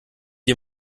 wie